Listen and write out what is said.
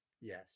Yes